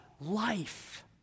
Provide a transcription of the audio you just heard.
life